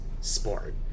sport